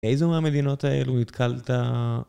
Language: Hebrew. איזו מהמדינות האלו התקלת...